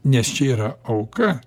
nes čia yra auka